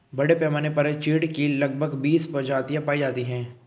बड़े पैमाने पर चीढ की लगभग बीस प्रजातियां पाई जाती है